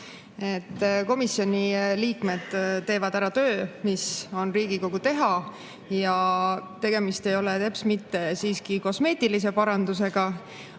Komisjoni liikmed teevad ära töö, mis on Riigikogu teha, ja tegemist ei ole teps mitte kosmeetilise parandusega,